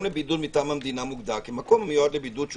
לבידוד מטעם המדינה מוגדר: מקום המיועד לבידוד שהוא